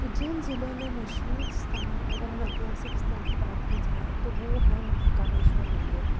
उज्जैन जिले में मशहूर स्थान अगर हम ऐतिहासिक स्थल की बात की जाए तो वो है महाकालेश्वर मंदिर